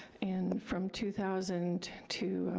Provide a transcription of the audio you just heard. and from two thousand to,